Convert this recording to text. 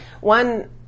One